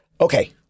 Okay